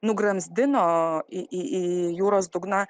nugramzdino į į į jūros dugną